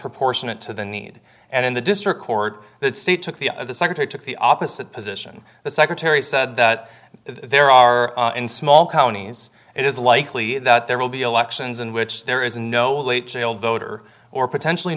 proportionate to the need and in the district court that state took the secretary took the opposite position the secretary said that there are in small counties it is likely that there will be elections in which there is no voter or potentially